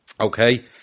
okay